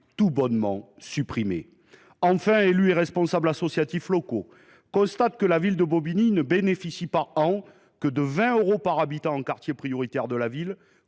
tout bonnement supprimé. Enfin, les élus et les responsables associatifs locaux constatent que la ville de Bobigny ne bénéficie, chaque année, que de 20 euros par habitant en quartier prioritaire de la